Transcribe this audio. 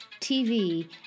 TV